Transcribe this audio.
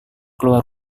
keluar